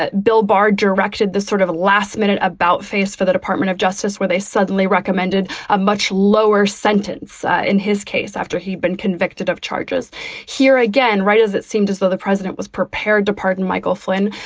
ah bill barr directed the sort of last minute about face for the department of justice, where they suddenly recommended a much lower sentence in his case after he'd been convicted of charges here again, right as it seemed as though the president was prepared to pardon michael flynn.